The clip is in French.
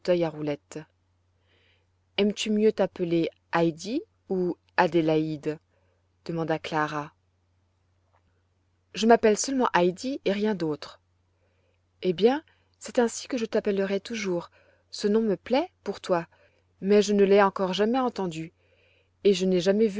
à roulettes aimes-tu mieux t'appeler heidi ou adélaïde demanda clara je m'appelle seulement heidi et rien d'autre eh bien c'est ainsi que je t'appellerai toujours ce nom me plaît pour toi mais je ne l'ai encore jamais entendu et je n'ai jamais vu